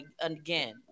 again